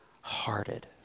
hearted